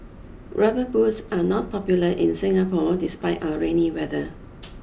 rubber boots are not popular in Singapore despite our rainy weather